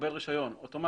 ומקבל רישיון, אוטומטית.